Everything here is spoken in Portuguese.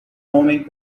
homem